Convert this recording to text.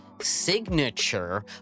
signature